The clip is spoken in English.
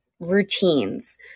routines